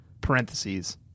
parentheses